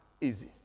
easy